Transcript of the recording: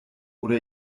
oder